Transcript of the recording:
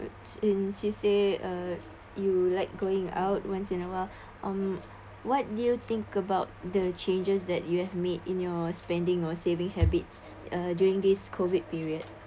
in C_C uh you like going out once in a while um what do you think about the changes that you've made in your spending or saving habits uh during this COVID period